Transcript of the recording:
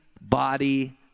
body